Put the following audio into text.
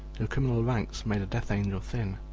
your criminal ranks may the death angel thin,